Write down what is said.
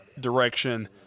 direction